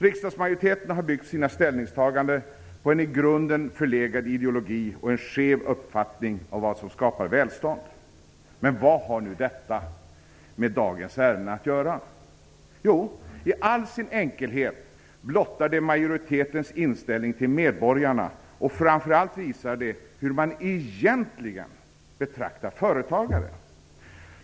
Riksdagsmajoriteten har byggt sina ställningstaganden på en i grunden förlegad ideologi och en skev uppfattning av vad som skapar välstånd. Men vad har nu detta med dagens ärenden att göra. Jo, i all sin enkelhet blottar de majoritetens inställning till medborgarna, och framför allt visar de hur man egentligen betraktar företagare.